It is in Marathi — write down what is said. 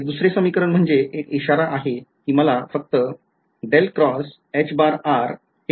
हे दुसरे समीकरण म्हणजे एक इशारा आहे कि मला फक्त हे घ्यायचे आहे